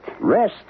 Rest